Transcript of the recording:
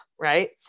right